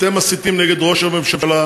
אתם מסיתים נגד ראש הממשלה,